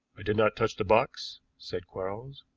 i did not touch the box, said quarles,